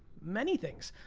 many things.